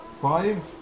five